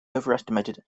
overestimated